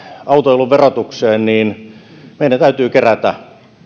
autoilun verotukseen niin meidän täytyy kerätä